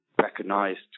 recognized